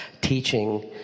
teaching